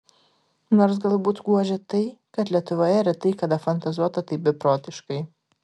nors galbūt guodžia tai kad lietuvoje retai kada fantazuota taip beprotiškai